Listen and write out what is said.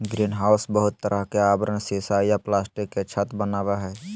greenhouse बहुते तरह के आवरण सीसा या प्लास्टिक के छत वनावई हई